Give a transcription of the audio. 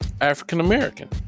african-american